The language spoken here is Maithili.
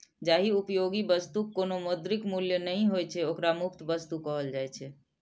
जाहि उपयोगी वस्तुक कोनो मौद्रिक मूल्य नहि होइ छै, ओकरा मुफ्त वस्तु कहल जाइ छै